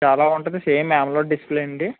చాలా బాగుంటుంది same AMOLED display అండి